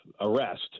arrest